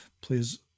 please